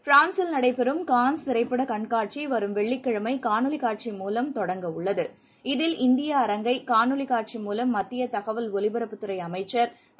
பிரான்சில் நடைபெறும் கான்ஸ் திரைப்பட கண்காட்சி வரும் வெள்ளிக்கிழமை காணொளி காட்சி மூலம் தொடங்க உள்ளது இதில் இந்திய அரங்கை காணொளி காட்சி மூலம் மத்திய தகவல் ஒலிபரப்புத்துறை அமைச்சர் திரு